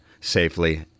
safely